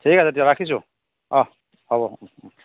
ঠিক আছে দিয়ক ৰাখিছো অঁ হ'ব